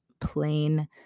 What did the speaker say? plain